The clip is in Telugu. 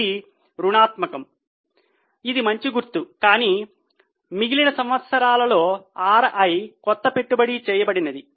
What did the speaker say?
ఇది రుణాత్మకం ఇది మంచి గుర్తు కానీ మిగిలిన చాలా సంవత్సరాలలో RI కొత్త పెట్టుబడి చేయబడినది